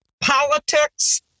politics